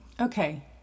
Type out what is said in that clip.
Okay